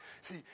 See